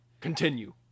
continue